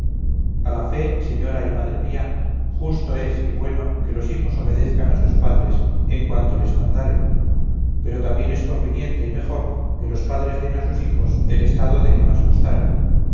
a la fe señora y madre mía justo es y bueno que los hijos obedezcan a sus padres en cuanto les mandaren pero también es conveniente y mejor que los padres den a sus hijos el estado de que más gustaren